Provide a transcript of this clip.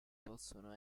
possono